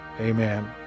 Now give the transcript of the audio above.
Amen